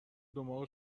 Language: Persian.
دماغ